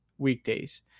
weekdays